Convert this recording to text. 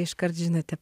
iškart žinote